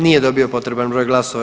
Nije dobio potreban broj glasova.